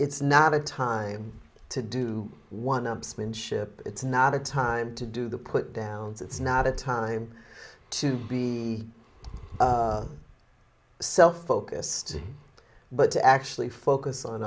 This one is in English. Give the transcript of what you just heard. it's not a time to do one ups manship it's not a time to do the put downs it's not a time to be self focused but to actually focus on